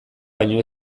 baino